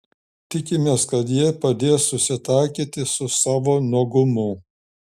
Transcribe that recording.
tikimės kad jie padės susitaikyti su savo nuogumu